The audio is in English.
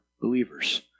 believers